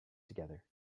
together